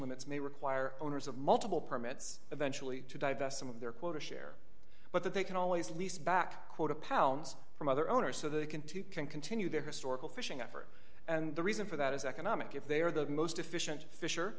limits may require owners of multiple permits eventually to divest some of their quota share but they can always leaseback quota pounds from other owners so they can too can continue their historical fishing effort and the reason for that is economic if they are the most efficient fish